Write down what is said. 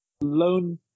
Loan